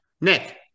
Nick